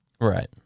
right